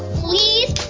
please